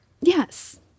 Yes